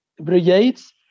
brigades